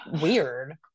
weird